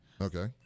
Okay